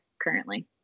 currently